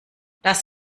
das